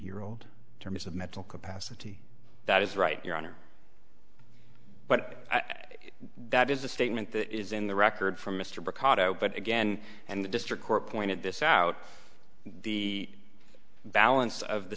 year old terms of mental capacity that is right your honor but that is a statement that is in the record from mr ricardo but again and the district court pointed this out the balance of the